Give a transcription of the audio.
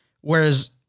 Whereas